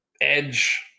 Edge